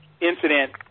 incident